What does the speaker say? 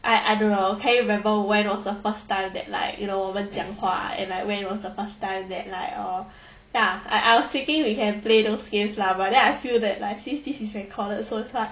I I don't know can you remember when was the firs time that like you know 我们讲话 and like when it was the first time that like err ya I I was thinking we can play those games lah but then I feel that like since this is recorded so far